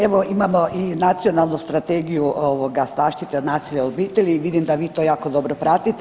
Evo imamo i Nacionalnu strategiju zaštite od nasilja u obitelji i vidim da vi to jako dobro pratite.